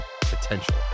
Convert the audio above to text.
potential